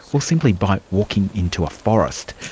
well, simply by walking into a forest.